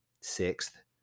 sixth